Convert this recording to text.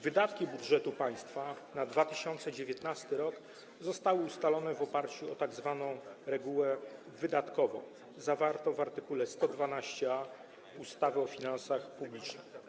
Wydatki budżetu państwa na 2019 r. zostały ustalone w oparciu o tzw. regułę wydatkową zawartą w art. 112a ustawy o finansach publicznych.